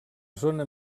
zona